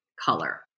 color